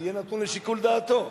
יהיה נתון לשיקול דעתו,